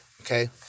okay